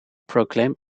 proclaimed